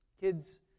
kids